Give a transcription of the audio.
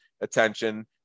attention